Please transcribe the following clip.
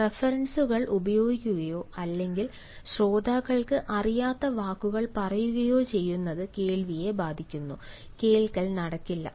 റഫറൻസുകൾ ഉപയോഗിക്കുകയോ അല്ലെങ്കിൽ ശ്രോതാക്കൾക്ക് അറിയാത്ത വാക്കുകൾ പറയുകയോ ചെയ്യുന്നത് കേൾവിയെ ബാധിക്കുന്നു കേൾക്കൽ നടക്കില്ല